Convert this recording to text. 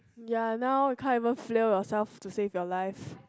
ya now you can't even flail yourself to save your life